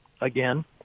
again